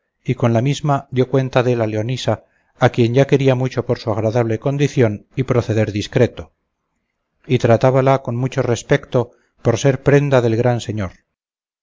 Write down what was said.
y con la misma dio cuenta dél a leonisa a quien ya quería mucho por su agradable condición y proceder discreto y tratábala con mucho respecto por ser prenda del gran señor